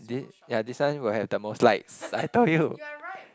is it yeah this one will have the most likes I told you